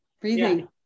Breathing